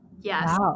Yes